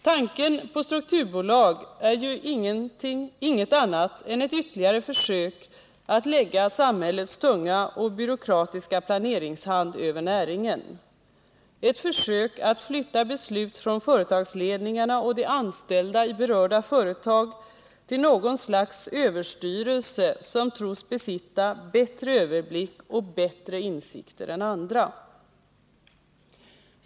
Tanken på strukturbolag är ju inget annat än ett ytterligare försök att lägga samhällets tunga och byråkratiska planeringshand över näringen, ett försök att flytta beslut från företagsledningarna och de anställda i berörda företag till något slags överstyrelse, som tros besitta bättre överblick och bättre insikter än andra.